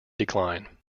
decline